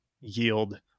yield